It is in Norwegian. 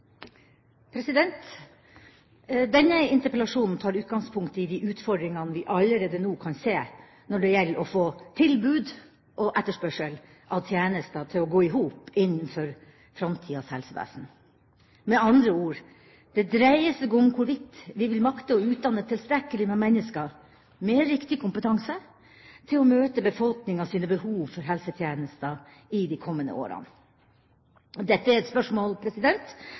avsluttet. Denne interpellasjonen tar utgangspunkt i de utfordringer vi allerede nå kan se når det gjelder å få tilbud og etterspørsel av tjenester til å gå i hop innenfor framtidas helsevesen. Med andre ord: Det dreier seg om hvorvidt vi vil makte å utdanne tilstrekkelig med mennesker med riktig kompetanse til å møte befolkningas behov for helsetjenester i de kommende årene. Dette er et spørsmål